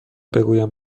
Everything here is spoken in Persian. بگویم